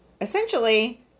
Essentially